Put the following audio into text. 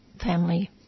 family